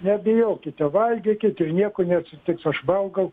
nebijokite valgykit ir nieko neatsitiks aš valgau